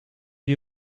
die